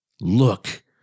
Look